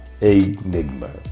enigma